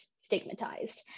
stigmatized